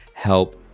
help